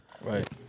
Right